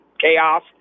chaos